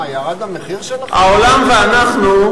העולם ואנחנו,